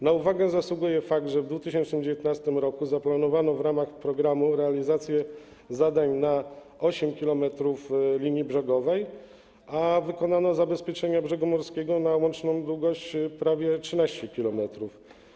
Na uwagę zasługuje fakt, że w 2019 r. zaplanowano w ramach programu realizację zadań na 8 km linii brzegowej, a wykonano zabezpieczenia brzegu morskiego na łączną długość prawie 13 km.